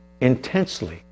intensely